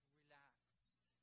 relaxed